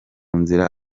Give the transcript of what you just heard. nzira